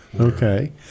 Okay